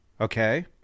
Okay